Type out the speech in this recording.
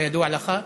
כידוע לך,